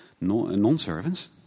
non-servants